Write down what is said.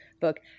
book